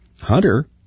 Hunter